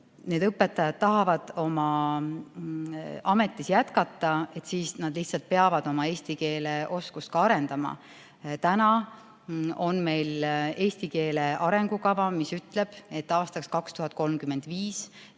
need õpetajad tahavad oma ametis jätkata, siis nad lihtsalt peavad oma eesti keele oskust arendama. Meil on eesti keele arengukava, mis ütleb, et aastaks 2035